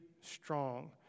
strong